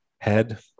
head